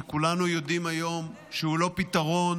שכולנו יודעים היום שהוא לא פתרון,